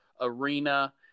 arena